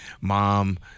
Mom